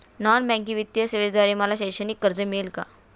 Non banking वित्तीय सेवेद्वारे मला शैक्षणिक कर्ज मिळेल का?